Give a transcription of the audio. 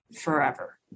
forever